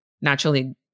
naturally